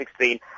2016